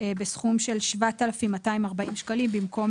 כך שהסכום יהיה 7,240 שקלים במקום